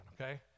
okay